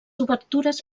obertures